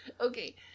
Okay